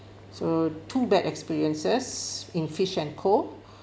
so two bad experiences in Fish & Co